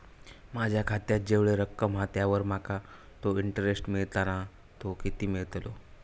माझ्या खात्यात जेवढी रक्कम हा त्यावर माका तो इंटरेस्ट मिळता ना तो किती मिळतलो?